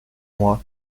moi